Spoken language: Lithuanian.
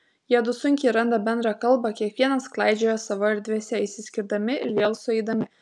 jiedu sunkiai randa bendrą kalbą kiekvienas klaidžioja savo erdvėse išsiskirdami ir vėl sueidami